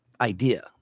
idea